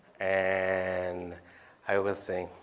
and i was saying,